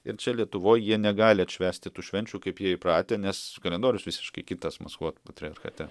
ir čia lietuvoj jie negali atšvęsti tų švenčių kaip jie įpratę nes kalendorius visiškai kitas maskvos patriarchate